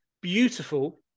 Beautiful